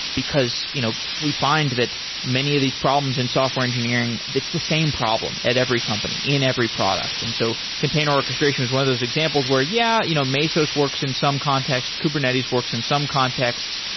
because you know we find that many of these problems in software engineering, it's the same problem at every company, in every product and so container orchestration is one of those examples where yeah, you know mesos works in some context, kubernetes works in some contexts,